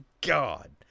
God